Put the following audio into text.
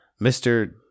Mr